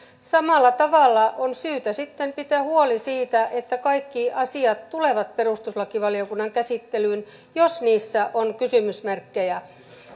samalla tavalla on syytä pitää huoli siitä että kaikki asiat tulevat perustuslakivaliokunnan käsittelyyn jos niissä on kysymysmerkkejä